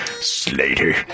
Slater